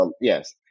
yes